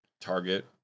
Target